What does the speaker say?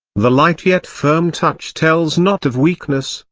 the light yet firm touch tells not of weakness,